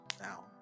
now